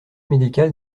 médical